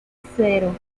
cero